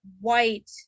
white